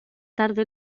tarde